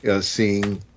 seeing